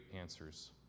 answers